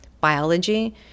biology